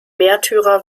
märtyrer